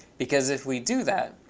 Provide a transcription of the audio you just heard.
because if we do that,